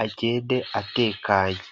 agende atekanye.